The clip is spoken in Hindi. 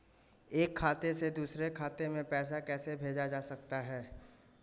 एक खाते से दूसरे खाते में पैसा कैसे भेजा जा सकता है?